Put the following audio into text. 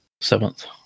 seventh